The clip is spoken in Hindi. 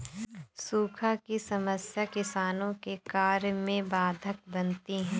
सूखा की समस्या किसानों के कार्य में बाधक बनती है